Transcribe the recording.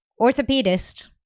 orthopedist